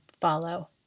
follow